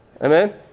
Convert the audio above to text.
amen